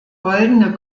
goldene